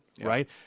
right